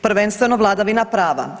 Prvenstveno vladavina prava.